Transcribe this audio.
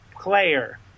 player